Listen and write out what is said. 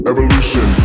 Evolution